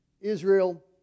Israel